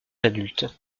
adulte